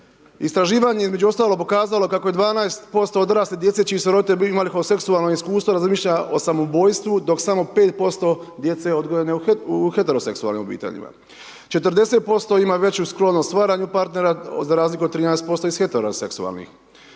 Istraživanje između ostalog pokazalo kako je 12% odrasle djece čiji su roditelji imali homoseksualno iskustvo razmišlja o samoubojstvu dok samo 5% djece odgojene u heteroseksualnim obiteljima, 40% ima veću sklonost varanju partnera za razliku od 13% iz heteroseksualnih,